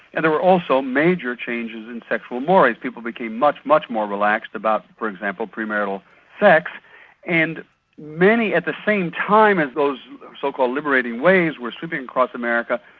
and there were also major changes in sexual mores, people became much, much more relaxed about, for example, premarital sex and many at the same time as those so-called liberating waves were sweeping across america,